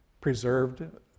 preserved